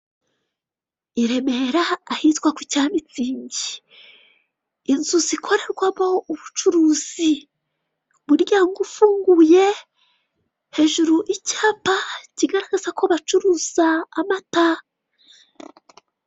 Icyapa gishyirwa ku muhanda kiburira abawugendamo ko aho bagiye kugera hari umuhanda unyurwamo ubazengurutse.